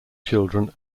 children